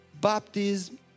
baptism